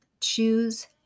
Choose